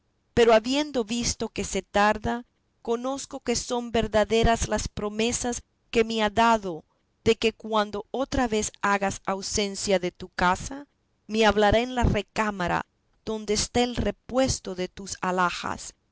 pero habiendo visto que se tarda conozco que son verdaderas las promesas que me ha dado de que cuando otra vez hagas ausencia de tu casa me hablará en la recámara donde está el repuesto de tus alhajas